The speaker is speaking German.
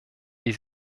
die